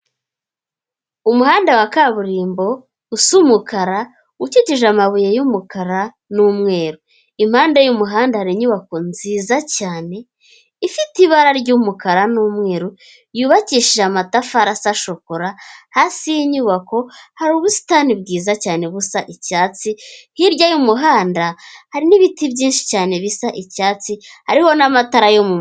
Umuhanda wa kaburimbo usa umukara ukikije amabuye y'umukara n'umweru, impande y'umuhanda hari inyubako nziza cyane ifite ibara ry'umukara n'umweru yubakishije amatafari asa shokora. Hafi yinyubako hari ubusitani bwiza cyane busa icyatsi, hirya y'umuhanda hari n'ibiti byinshi cyane bisa icyatsi, hariho n'amatara y'umuriro.